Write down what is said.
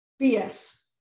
BS